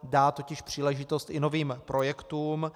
Dá totiž příležitost i novým projektům.